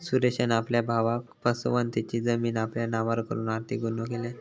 सुरेशान आपल्या भावाक फसवन तेची जमीन आपल्या नावार करून आर्थिक गुन्हो केल्यान